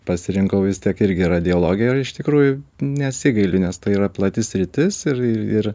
pasirinkau vis tiek irgi radiologiją ir iš tikrųjų nesigaili nes tai yra plati sritis ir ir ir